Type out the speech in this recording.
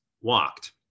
walked